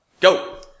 go